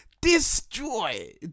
destroy